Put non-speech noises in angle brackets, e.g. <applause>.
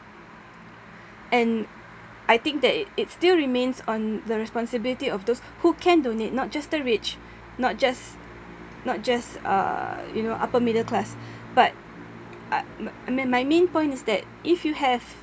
and I think that it still remains on the responsibility of those who can donate not just the rich not just not just uh you know upper middle class <breath> but I I mean my main point is that if you have